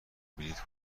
بلیط